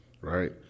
right